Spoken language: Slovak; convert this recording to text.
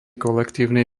kolektívnej